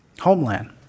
Homeland